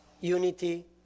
Unity